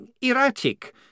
erratic